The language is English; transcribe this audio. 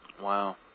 Wow